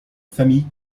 famille